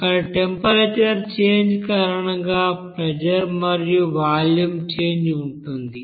అక్కడ temperature change కారణంగా pressure మరియు వాల్యూమ్ చేంజ్ ఉంటుంది